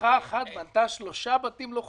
משפחה אחת בנתה שלושה בתים לא חוקיים?